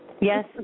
Yes